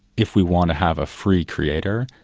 if we want to have a free creator,